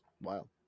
Wow